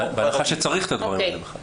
בחוק --- בהנחה שצריך את הדברים האלה בכלל.